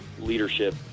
leadership